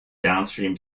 downstream